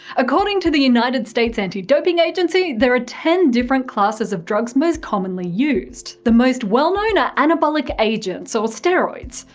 according to the united states anti-doping agency, there are ten different classes of drugs most commonly used. the most well known are anabolic agents or steroids,